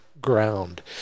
ground